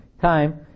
time